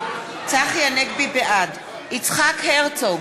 בעד יצחק הרצוג,